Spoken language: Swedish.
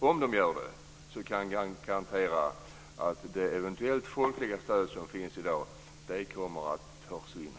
Om de gör det, då kommer - det kan jag garantera - det folkliga stöd som eventuellt finns i dag att försvinna.